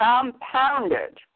compounded